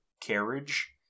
carriage